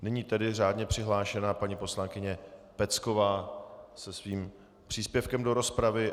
Nyní tedy řádně přihlášená paní poslankyně Pecková se svým příspěvkem do rozpravy.